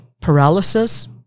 paralysis